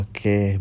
Okay